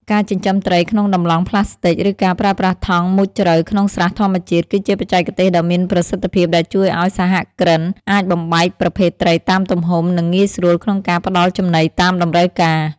ការចិញ្ចឹមត្រីក្នុងតម្លង់ប្លាស្ទិក ឬការប្រើប្រាស់ថង់មុងជ្រៅក្នុងស្រះធម្មជាតិ គឺជាបច្ចេកទេសដ៏មានប្រសិទ្ធភាពដែលជួយឱ្យសហគ្រិនអាចបំបែកប្រភេទត្រីតាមទំហំ និងងាយស្រួលក្នុងការផ្ដល់ចំណីតាមតម្រូវការ។